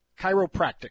chiropractic